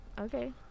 Okay